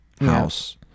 house